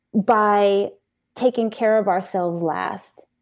by taking care of ourselves last.